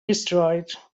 destroyed